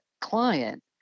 client